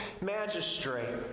magistrate